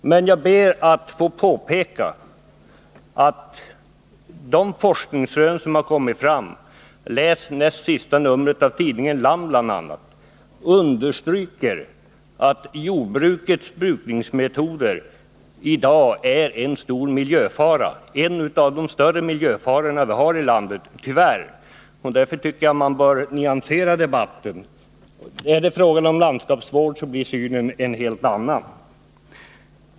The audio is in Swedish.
Jag ber att få påpeka att de forskningsrön som har kommit fram — läs det näst sista numret av tidningen Land bl.a. — understryker att jordbrukets brukningsmetoder i dag utgör en stor miljöfara. De är tyvärr en av de större miljöfarorna vi har i landet, och därför tycker jag att man bör nyansera debatten. Men är det fråga om landskapsvård, så blir som sagt synsättet ett helt annat.